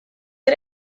ere